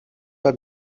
bei